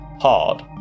hard